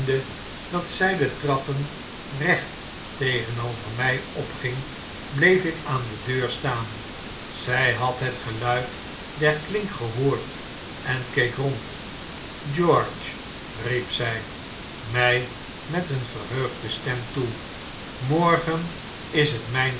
dat zy de trappen recht tegenover my opging bleef ik aan de deur staan zi had het geluid der klink gehoord en keek rbnd george riep zy mi met een verheugde stem toe morgen is het